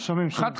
שומעים, שומעים.